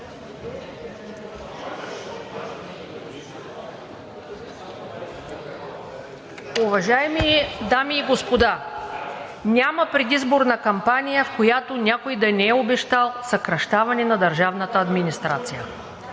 Уважаеми дами и господа! Няма предизборна кампания, в която някой да не е обещал съкращаване на държавната администрация.